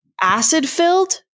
acid-filled